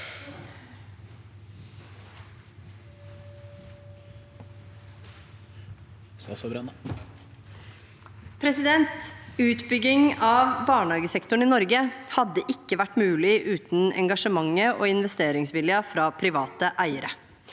Utbygging av barnehagesektoren i Norge hadde ikke vært mulig uten engasjementet og investeringsviljen fra private eiere,